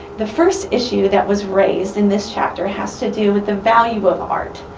the first issue that was raised in this chapter has to do with the value of art.